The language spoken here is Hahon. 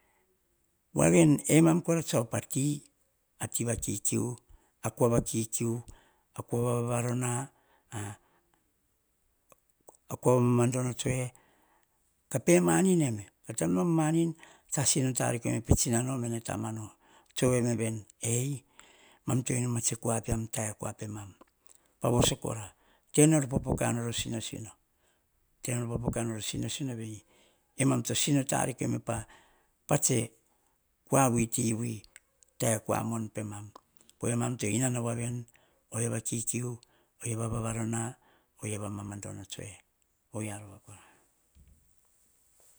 Voa veni, emam kora tso op ati, ati va kikiu, a kua va vavarona, a-a kua va mamandono tsue. Kape manin eme, ka taim nemam manin tsa sino tarikoeme pe tsinano mene tamano tsue waeme veni, ei, emam to iu noma tse kua piam tae koapemam pavoso kora tenor popoka nor o sinosino. Tenor popoka nor o sinosino wei emam to sino tarikoeme patse kua viti wi tae koamon peman ppovemam to inana vaeme veni oia va kikiu, oia va vavarona, oia va mamandono tsue oia rova kora.